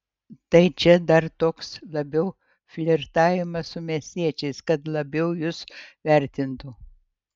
tai čia dar toks labiau flirtavimas su miestiečiais kad labiau jus vertintų